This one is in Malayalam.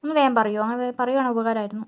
ഒന്ന് വേഗം പറയുമോ അങ്ങനെ പറയുകയാണെങ്കിൽ ഉപകാരമായിരുന്നു